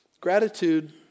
Gratitude